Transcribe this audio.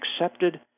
accepted